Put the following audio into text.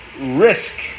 risk